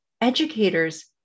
educators